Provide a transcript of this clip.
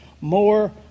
more